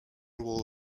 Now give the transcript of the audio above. wall